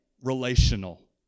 relational